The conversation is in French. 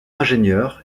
ingénieur